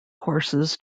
courses